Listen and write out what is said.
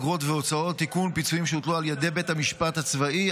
אגרות והוצאות (תיקון מס' 30) (פיצויים שהטיל בית משפט צבאי),